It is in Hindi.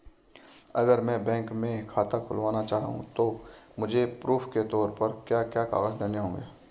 अगर मैं बैंक में खाता खुलाना चाहूं तो मुझे प्रूफ़ के तौर पर क्या क्या कागज़ देने होंगे?